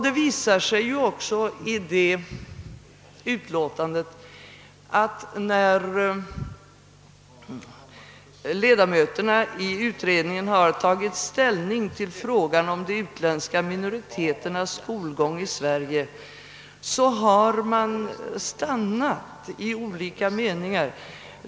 Det visar sig att när utredningens ledamöter tagit ställning till frågan om de utländska minoriteternas skolgång i Sverige har de stannat i olika meningar.